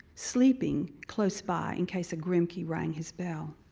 sleeping close by in case a grimke rang his bell.